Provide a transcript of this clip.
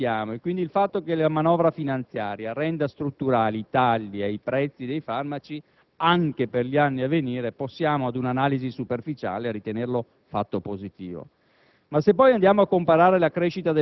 o pochissimo per i farmaci che acquistiamo. Quindi, il fatto che la manovra finanziaria renda strutturali i tagli ai prezzi dei farmaci anche per gli anni a venire possiamo, ad una analisi superficiale, ritenerlo un fatto positivo.